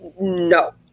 No